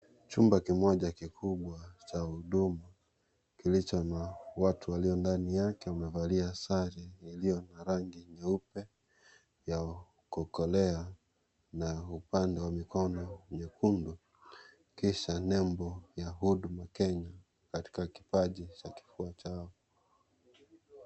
Chumba kimoja kikubwa cha huduma, kilicho na watu walio ndani yake, wamevalia sare iliyo na rangi nyeupe ya kukolea na upande wa mikono nyekundu. Kisha, nembo ya Huduma Kenya, katika kipaji cha kifuko chao.